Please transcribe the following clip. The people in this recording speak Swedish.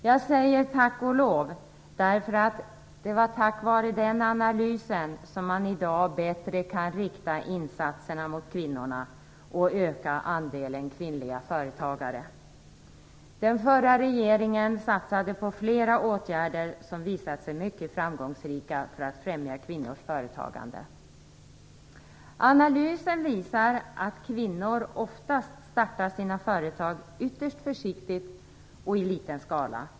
Jag säger tack och lov, därför att det var tack vare den analysen som man i dag bättre kan rikta insatserna mot kvinnorna och öka andelen kvinnliga företagare. Den förra regeringen satsade på flera åtgärder som visade sig mycket framgångsrika för att främja kvinnors företagande. Analysen visar att kvinnor oftast startar sina företag ytterst försiktigt och i liten skala.